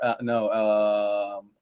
no